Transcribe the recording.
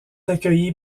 accueillis